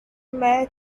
mere